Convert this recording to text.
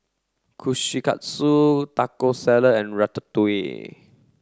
Kushikatsu Taco Salad and Ratatouille